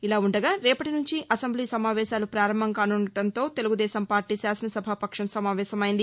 ఇలా ఉండగారేపటినుంచి అసెంబ్లీ సమావేశాలు ప్రారంభంకానుండటంతో తెలుగుదేశం పార్టీ శాసనసభాపక్షం సమావేశమైంది